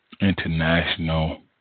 International